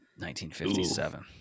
1957